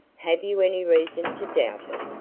have you any reason to doubt it?